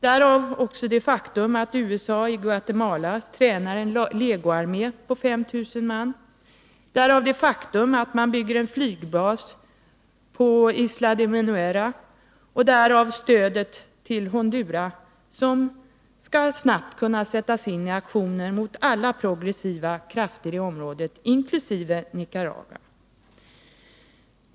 Därav kommer också det faktum att USA i Guatemala tränar en legoarmé på 5 000 man. Därav kommer det faktum att man bygger en flygbas på Isla de Menuera, och därav kommer det stöd till Honduras som snabbt skall kunna sättas in i aktioner mot alla progressiva krafter i området, inkl. Nicaragua.